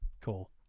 Cool